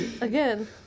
Again